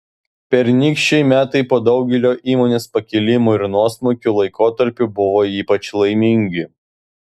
pernykščiai metai po daugelio įmonės pakilimų ir nuosmukių laikotarpių buvo ypač laimingi